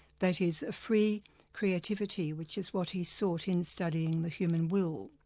that is, a free creativity which is what he sought in studying the human will,